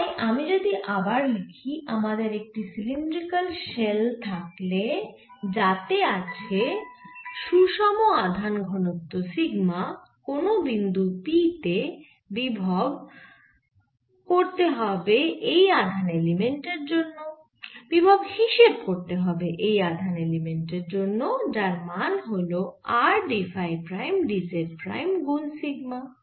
তাই আমি যদি আবার লিখি আমাদের একটি সিলিন্ড্রিকাল শেল থাকলে যাতে আছে সুষম আধান ঘনত্ব সিগমা কোন বিন্দু p তে বিভব করতে হবে এই আধান এলিমেন্ট এর জন্য যার মান হল R d phi prime d z prime গুন সিগমা